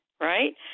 right